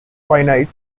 finite